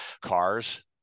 cars